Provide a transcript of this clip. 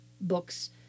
books